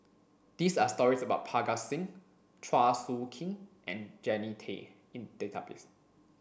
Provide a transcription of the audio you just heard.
these are stories about Parga Singh Chua Soo Khim and Jannie Tay in the database